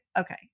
Okay